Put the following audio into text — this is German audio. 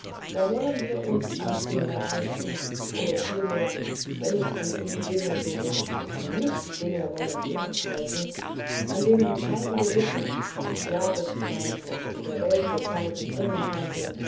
da wollen wir uns an dinge halten oder vielmehr wenn nicht an undinge so doch an nicht dinge wollen wir uns halten an denen kein gewitter das jahreszeiten oder weltgezeiten bringen können